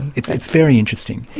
it's it's very interesting.